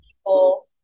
people